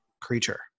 creature